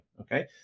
okay